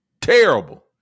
Terrible